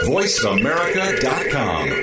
VoiceAmerica.com